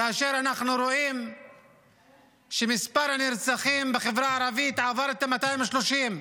כאשר אנחנו רואים שמספר הנרצחים בחברה הערבית עבר את ה-230.